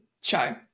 show